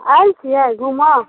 आएल छियै घूमऽ